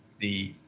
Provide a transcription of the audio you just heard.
the,